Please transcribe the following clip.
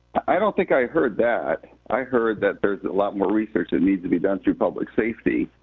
i don't think i heard that. i heard that there's a lot more research that needs to be done through public safety.